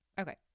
Okay